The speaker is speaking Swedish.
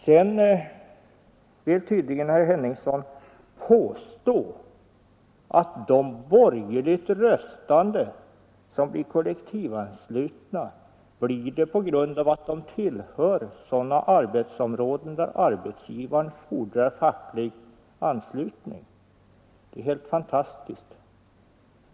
Sedan vill tydligen herr Henningsson påstå att de borgerligt röstande som blir kollektivanslutna blir det på grund av att de tillhör sådana arbetsområden där arbetsgivaren fordrar facklig anslutning. Det är helt fantastiskt!